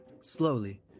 slowly